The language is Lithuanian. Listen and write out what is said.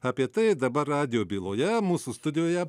apie tai dabar radijo byloje mūsų studijoje